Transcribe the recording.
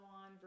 on